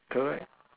correct